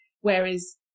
whereas